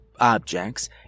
objects